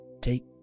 take